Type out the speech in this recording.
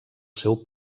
seu